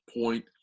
point